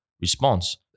response